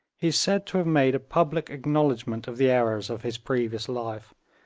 he is said to have made a public acknowledgment of the errors of his previous life,